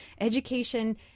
Education